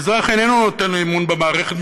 האזרח איננו נותן אמון במערכת,